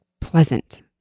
pleasant